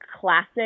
classic